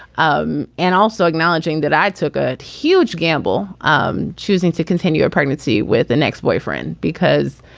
um and also acknowledging that i took a huge gamble um choosing to continue a pregnancy with an ex-boyfriend because,